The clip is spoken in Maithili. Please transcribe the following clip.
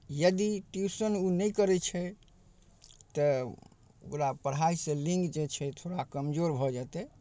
यदि ट्यूशन ओ नहि करै छै तऽ ओकरा पढ़ाइसँ लिंक जे छै थोड़ा कमजोर भऽ जेतै